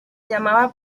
llamaba